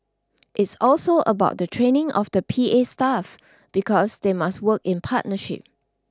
it's also about the training of the P A staff because they must work in partnership